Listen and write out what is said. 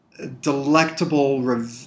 delectable